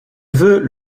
veux